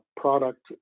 product